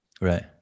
Right